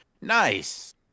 nice